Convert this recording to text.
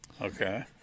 Okay